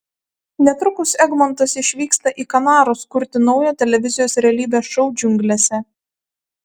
netrukus egmontas išvyksta į kanarus kurti naujo televizijos realybės šou džiunglėse